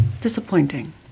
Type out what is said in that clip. disappointing